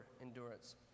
endurance